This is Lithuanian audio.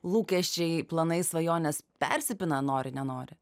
lūkesčiai planai svajonės persipina nori nenori